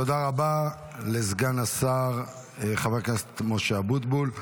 תודה רבה לסגן השר חבר הכנסת משה אבוטבול.